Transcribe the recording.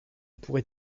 pourrais